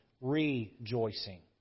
rejoicing